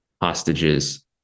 hostages